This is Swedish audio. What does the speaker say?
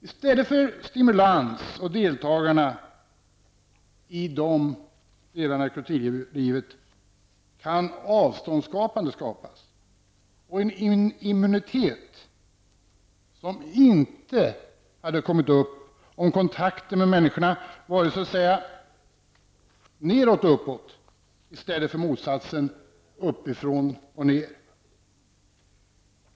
I stället för stimulans åt deltagarna kan avstånd skapas och en immunitet som inte hade kommit till stånd om kontakterna med människorna varit så att säga nedåt och uppåt i stället för motsatsen uppifrån och ner.